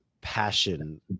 passion